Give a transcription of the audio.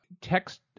text